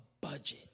budget